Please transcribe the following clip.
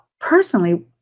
personally